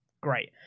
Great